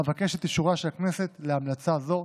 אבקש את אישורה של הכנסת להמלצה זו.